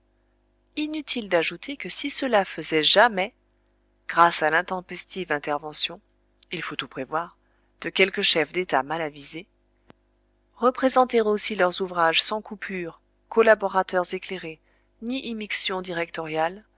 inutile d'ajouter que si ceux-là faisaient jamais grâce à l'intempestive intervention il faut tout prévoir de quelques chefs d'état malavisés représenter aussi leurs ouvrages sans coupures collaborateurs éclairés ni immixtions directoriales